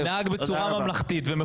יכול